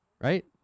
right